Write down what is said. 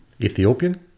Ethiopian